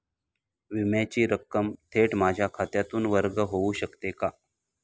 विम्याची रक्कम थेट माझ्या खात्यातून वर्ग होऊ शकते का?